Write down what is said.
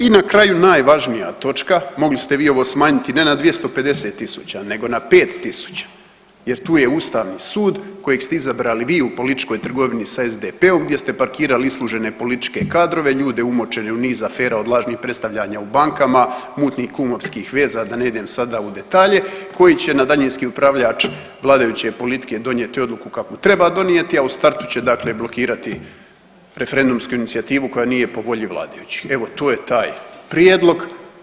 I na kraju najvažnija točka, mogli ste vi ovo smanjiti ne na 250 tisuća nego na 5 tisuća jer tu je ustavni sud kojeg ste izabrali vi u političkoj trgovini sa SDP-om gdje ste parkirali islužene političke kadrove, ljude umočene u niz afera od lažnih predstavljanja u bankama, mutnih kumovskih veza, da ne idem sada u detalje koji će na daljinski upravljač vladajuće politike donijeti odluku kakvu treba donijeti, a u startu će dakle blokirati referendumsku inicijativu koja nije po volji vladajućih, evo to je taj prijedlog.